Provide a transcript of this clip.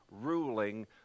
ruling